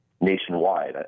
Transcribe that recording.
nationwide